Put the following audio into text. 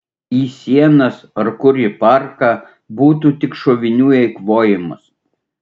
į sienas ar kur į parką būtų tik šovinių eikvojimas